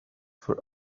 for